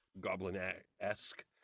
goblin-esque